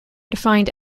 defined